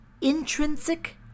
Intrinsic